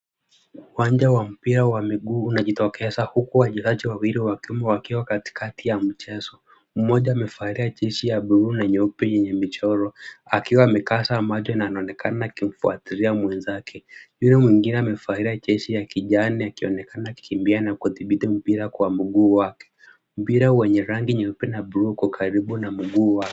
Uwanja wa mpira wa miguu unajitokeza huku wachezaji wawili wa kiume wakiwa katikati ya mchezo. Mmoja amevalia jezi ya bluu na nyeupe yenye michoro akiwa amekaza macho na anaonekana akimfuatilia mwenzake. Yule mwingine amevalia jezi ya kijani akionekana akikimbia na kudhibiti mpira kwa mguu wake. Mpira wenye rangi nyeupe na bluu uko karibu na mguu wake.